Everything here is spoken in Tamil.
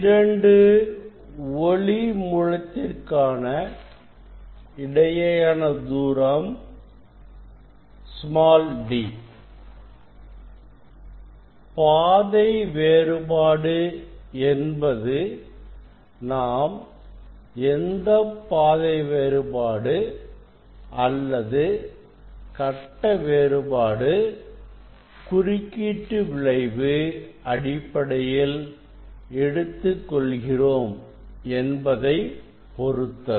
இரண்டு ஒளி மூலத்திற்கான இடையேயான தூரம் d பாதை வேறுபாடு என்பது நாம் எந்தப் பாதை வேறுபாடு அல்லது கட்ட வேறுபாடு குறுக்கீட்டு விளைவு அடிப்படையில் எடுத்துக் கொள்கிறோம் என்பதைப் பொருத்தது